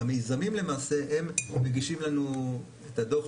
המיזמים למעשה, הם מגישים לנו את הדוח.